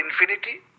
infinity